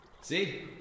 See